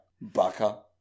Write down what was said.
baka